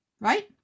right